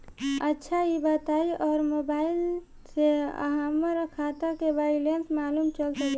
अच्छा ई बताईं और मोबाइल से हमार खाता के बइलेंस मालूम चल सकेला?